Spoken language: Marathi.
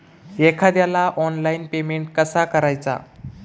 एखाद्याला ऑनलाइन पेमेंट कसा करायचा?